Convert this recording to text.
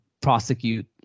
prosecute